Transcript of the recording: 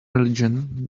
religion